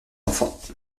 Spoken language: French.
enfants